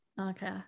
okay